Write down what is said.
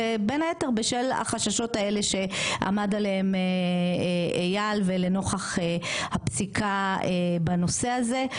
בין היתר בשל החששות האלה שעמד עליהם אייל ולנוכח הפסיקה בנושא הזה.